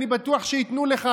אני בטוח שייתנו לך,